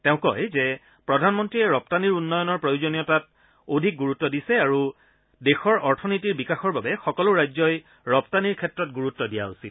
তেওঁ কয় যে প্ৰধানমন্ত্ৰীয়ে ৰপ্তানিৰ উন্নয়নৰ প্ৰয়োজনীয়তাত অধিক গুৰুত্ব দিছে আৰু দেশৰ অথনীতিৰ বিকাশৰ বাবে সকলো ৰাজ্যই ৰপ্তানিৰ ক্ষেত্ৰত গুৰুত্ব দিয়া উচিত